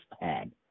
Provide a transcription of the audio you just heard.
pad